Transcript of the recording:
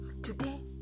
Today